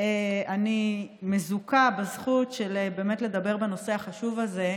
אני מזוכה בזכות לדבר על הנושא החשוב הזה,